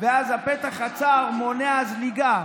ואז הפתח הצר מונע זליגה,